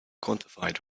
quantified